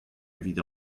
evit